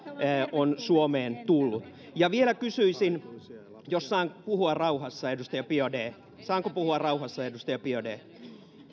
on suomeen tullut ja vielä kysyisin jos saan puhua rauhassa edustaja biaudet saanko puhua rauhassa edustaja biaudet